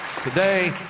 Today